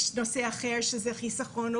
יש נושא אחר שזה חיסכון,